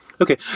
Okay